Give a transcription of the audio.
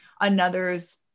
another's